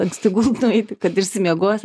anksti gult nueiti kad išsimiegojęs